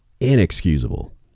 inexcusable